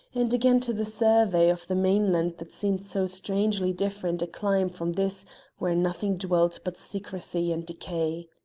and again to the survey of the mainland that seemed so strangely different a clime from this where nothing dwelt but secrecy and decay.